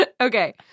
Okay